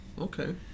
Okay